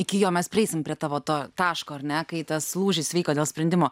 iki jo mes prieisim prie tavo to taško ar ne kai tas lūžis vyko dėl sprendimo